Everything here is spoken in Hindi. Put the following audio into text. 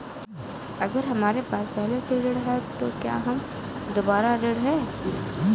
अगर हमारे पास पहले से ऋण है तो क्या हम दोबारा ऋण हैं?